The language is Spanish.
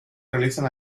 realizan